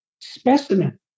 specimen